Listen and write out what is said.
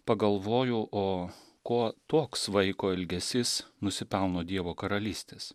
pagalvoju o ko toks vaiko elgesys nusipelno dievo karalystės